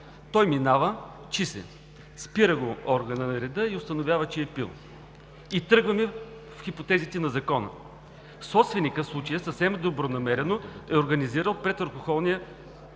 Той минава – чист е, спира го органът на реда и установява, че е пил и тръгваме в хипотезите на Закона. В случая собственикът съвсем добронамерено е организирал алкохолния